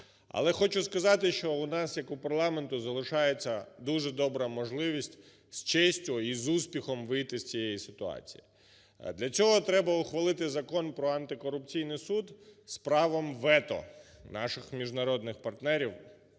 Але хочу сказати, що у нас як у парламента залишається дуже добра можливість з честю і з успіхом вийти з цієї ситуації. Для цього треба ухвалити Закон про антикорупційний суд з правом вето наших міжнародних партнерів